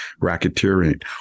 racketeering